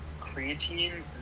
creatine